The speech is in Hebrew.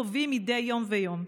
חווים מדי יום ויום.